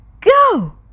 go